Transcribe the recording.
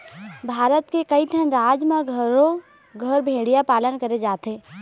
भारत के कइठन राज म घरो घर भेड़िया पालन करे जाथे